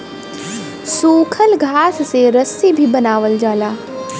सूखल घास से रस्सी भी बनावल जाला